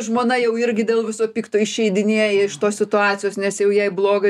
žmona jau irgi dėl viso pikto išeidinėja iš tos situacijos nes jau jai bloga